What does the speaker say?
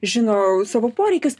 žino savo poreikius